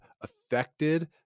affected